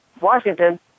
Washington